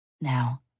Now